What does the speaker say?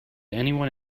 anyone